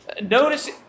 Notice